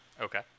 Okay